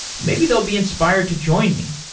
maybe they'll be inspired to join me,